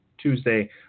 Tuesday